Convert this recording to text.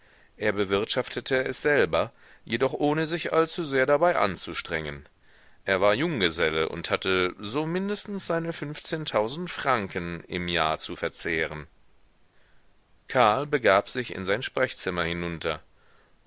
er bewirtschaftete es selber jedoch ohne sich allzusehr dabei anzustrengen er war junggeselle und hatte so mindestens seine fünfzehntausend franken im jahr zu verzehren karl begab sich in sein sprechzimmer hinunter